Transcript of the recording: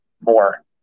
more